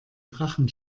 drachen